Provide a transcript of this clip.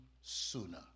sooner